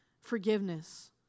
forgiveness